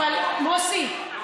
אבל מוסי,